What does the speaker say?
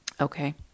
Okay